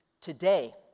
today